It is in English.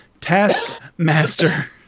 Taskmaster